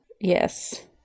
Yes